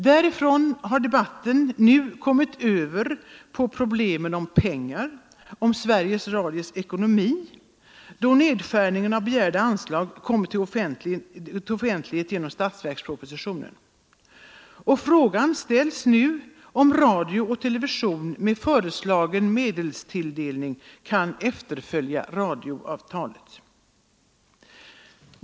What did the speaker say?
Därifrån har debatten glidit över på problemen om pengar — om Sveriges Radios ekonomi — då nedskärningen av begärda anslag kommit till offentlighet i statsverkspropositionen. Och frågan ställs nu om radio och television med föreslagen medelstilldelning kan efterfölja radioavtalet.